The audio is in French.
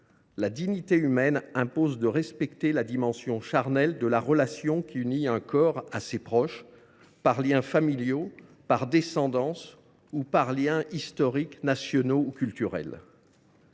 la dignité humaine impose de respecter la dimension charnelle de la relation qui unit un corps à ses proches, par liens familiaux, par descendance ou par liens historiques, nationaux ou culturels.